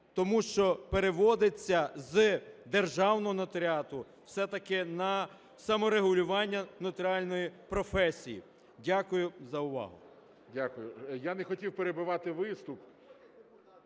Тому що переводиться з державного нотаріату все-таки на саморегулювання нотаріальної професії. Дякую за увагу. ГОЛОВУЮЧИЙ. Дякую. Я не хотів перебивати виступ.